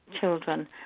children